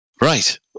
Right